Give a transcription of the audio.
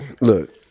look